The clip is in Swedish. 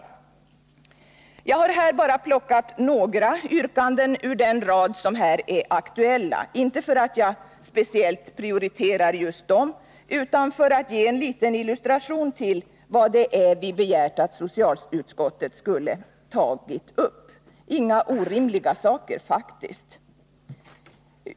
Jag har här bara plockat några yrkanden ur den rad som här är aktuella. Jag har inte valt dem för att jag speciellt prioriterar dem utan för att ge en liten illustration till vad det är vi har begärt att socialutskottet skall ta upp. Inga orimliga saker faktiskt!